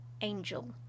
angel